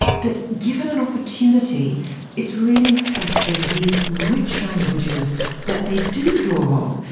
but given an opportunity it's really interesting, the rich languages that they do draw on,